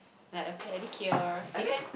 like a paddy cure it can